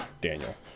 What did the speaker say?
Daniel